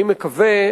אני מקווה,